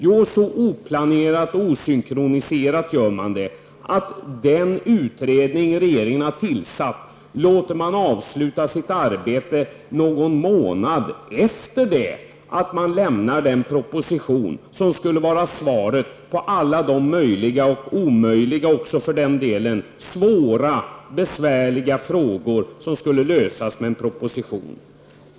Jo, så oplanerat och osynkroniserat gör man det, att utan låter den utredning regeringen har tillsatt avsluta sitt arbete någon månad efter det att regeringen lämnat den proposition som skulle vara svaret på alla de möjliga, och för den delen också omöjliga, svåra och besvärliga frågorna.